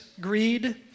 greed